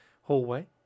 hallway